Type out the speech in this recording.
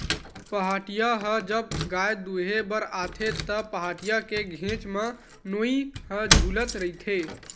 पहाटिया ह जब गाय दुहें बर आथे त, पहाटिया के घेंच म नोई ह छूलत रहिथे